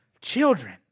children